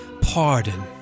pardon